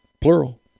Plural